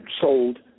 sold